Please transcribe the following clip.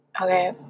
okay